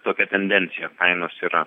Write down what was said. tokia tendencija kainos yra